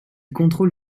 contrôle